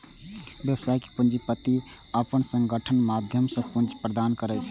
व्यावसायिक पूंजीपति अपन संगठनक माध्यम सं पूंजी प्रदान करै छै